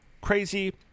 crazy